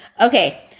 Okay